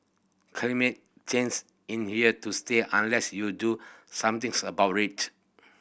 climate change in here to stay unless you do something about it